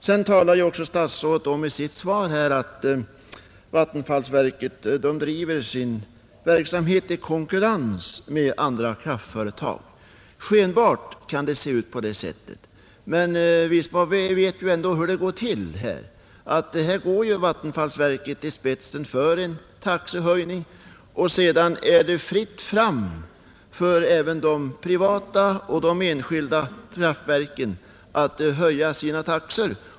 Sedan talar statsrådet i sitt svar om att vattenfallsverket driver sin verksamhet i konkurrens med andra kraftföretag. Skenbart kan det se ut så, men vi vet ändå hur det är i verkligheten. Vattenfallsverket går ju i spetsen för en taxehöjning, och sedan är det fritt fram för även de privata och enskilda kraftverken att höja sina taxor.